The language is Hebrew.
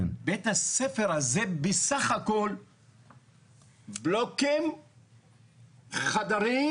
בית הספר הזה בסך הכל בלוקים, חדרים,